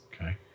Okay